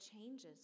changes